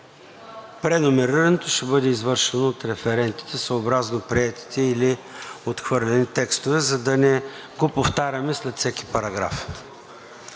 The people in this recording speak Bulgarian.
преномерирането ще бъде извършено от референтите съобразно приетите или отхвърлени текстове, за да не го повтаряме след всеки параграф.